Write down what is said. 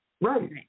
Right